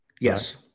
Yes